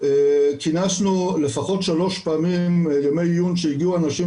כינסנו לפחות שלוש פעמים ימי עיון שהגיעו אנשים